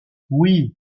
oui